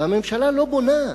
והממשלה לא בונה.